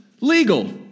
legal